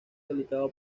delicado